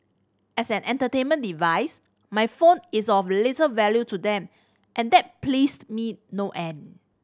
as an entertainment device my phone is of little value to them and that pleased me no end